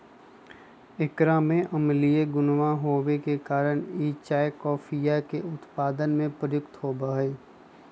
एकरा में अम्लीय गुणवा होवे के कारण ई चाय कॉफीया के उत्पादन में प्रयुक्त होवा हई